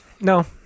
no